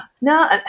No